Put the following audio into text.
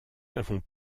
n’avons